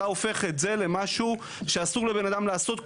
אתה הופך את זה למשהו שאסור לבן אדם לעשות,